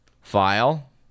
file